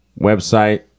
Website